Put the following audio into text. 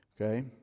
Okay